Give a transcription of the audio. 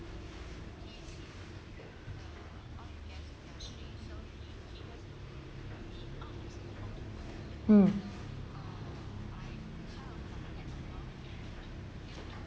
mm